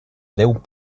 deu